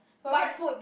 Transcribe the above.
but what